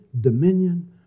dominion